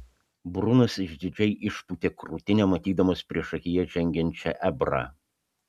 brunas išdidžiai išpūtė krūtinę matydamas priešakyje žengiančią ebrą